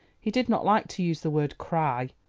he did not like to use the word cry.